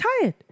tired